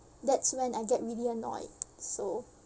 that's when I get really annoyed so